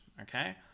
Okay